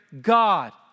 God